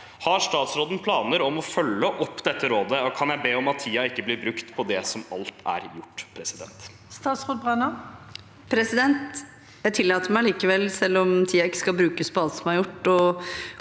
Har statsråden planer om å følge dette rådet, og kan jeg be om at tida ikke blir brukt på det som alt er gjort?» Statsråd Tonje Brenna Jeg tillater meg likevel, selv om tiden ikke skal brukes på alt som er gjort,